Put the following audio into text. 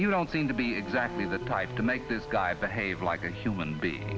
you don't seem to be exactly the type to make this guy behave like a human being